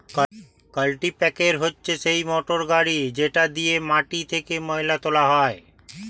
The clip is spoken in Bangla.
কাল্টিপ্যাকের হচ্ছে সেই মোটর গাড়ি যেটা দিয়ে মাটি থেকে ময়লা তোলা হয়